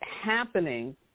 happening